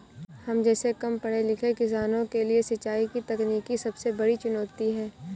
हम जैसै कम पढ़े लिखे किसानों के लिए सिंचाई की तकनीकी सबसे बड़ी चुनौती है